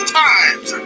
times